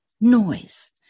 noise